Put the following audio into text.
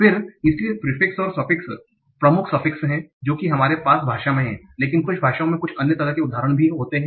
फिर इसलिए प्रिफिक्स और सफ़िक्स प्रमुख सफ़िक्स हैं जो कि हमारे पास भाषा में हैं लेकिन कुछ भाषाओ में कुछ अन्य तरह के उदाहरण भी होते हैं